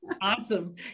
awesome